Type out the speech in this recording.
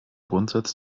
grundsatz